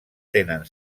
tenen